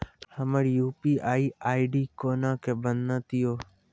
हमर UPI ID कोना के बनत यो?